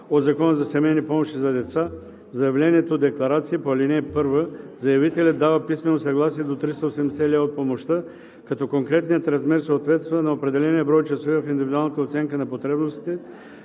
от Закона за семейни помощи за деца, в заявлението-декларация по ал. 1 заявителят дава писмено съгласие до 380 лв. от помощта, като конкретният размер съответства на определения брой часове в индивидуалната оценка на потребностите,